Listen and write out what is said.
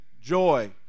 joy